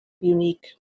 unique